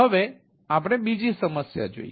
હવે પછી આપણે બીજી સમસ્યા જોઈએ